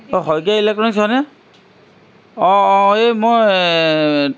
অঁ শইকীয়া ইলেট্ৰনিকছ হয়নে অঁ অঁ এই মই